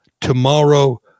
Tomorrow